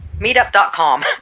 Meetup.com